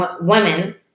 Women